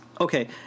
Okay